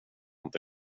inte